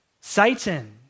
Satan